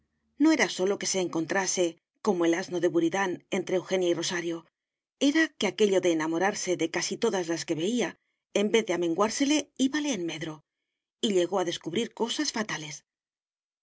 no era sólo que se encontrase como el asno de buridán entre eugenia y rosario era que aquello de enamorarse de casi todas las que veía en vez de amenguársele íbale en medro y llegó a descubrir cosas fatales